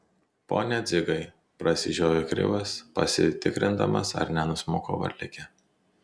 pone dzigai prasižiojo krivas pasitikrindamas ar nenusmuko varlikė